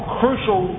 crucial